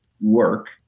work